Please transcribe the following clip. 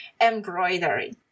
embroidery